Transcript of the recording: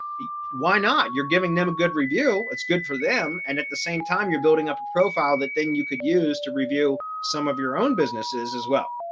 why not you're giving them a good review. it's good for them and at the same time you're building up a profile that then you could use to review some of your own businesses as well.